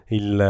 il